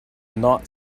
not